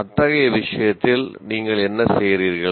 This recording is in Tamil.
அத்தகைய விஷயத்தில் நீங்கள் என்ன செய்கிறீர்கள்